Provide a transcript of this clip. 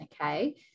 Okay